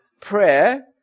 prayer